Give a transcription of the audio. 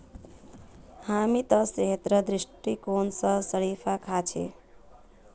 हामी त सेहतेर दृष्टिकोण स शरीफा खा छि